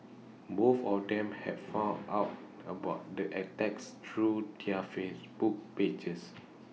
both of them had found out about the attacks through their Facebook pages